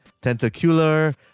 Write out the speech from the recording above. Tentacular